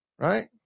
Right